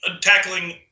tackling